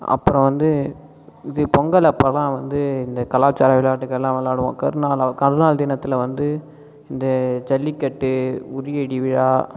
அப்புறம் வந்து இது பொங்கல் அப்போல்லாம் வந்து இந்த கலாச்சார விளையாட்டுகள்லா விளையாடுவோம் கருநாள் கருநாள் தினத்தில் வந்து இந்த ஜல்லிக்கட்டு உறியடி விழா